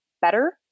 better